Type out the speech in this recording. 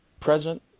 present